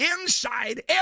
inside